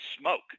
smoke